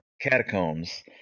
catacombs